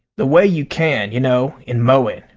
the way you can, you know, in mowing